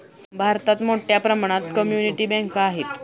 भारतात मोठ्या प्रमाणात कम्युनिटी बँका आहेत